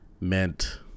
meant